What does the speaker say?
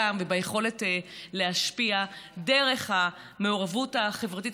וביכולת להשפיע דרך המעורבות החברתית,